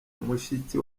umushyitsi